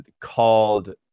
called